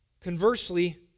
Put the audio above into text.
Conversely